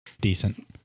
decent